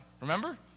Remember